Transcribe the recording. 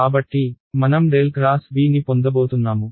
కాబట్టి మనం ∇ X B ని పొందబోతున్నాము